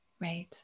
Right